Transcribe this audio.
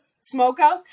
smokehouse